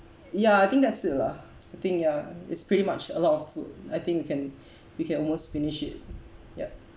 ya I think that's it lah I think ya it's pretty much a lot of food I think can we can almost finish it yup